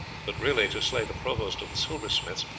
but really to slay the provost of the silversmiths,